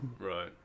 Right